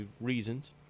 reasons